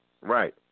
Right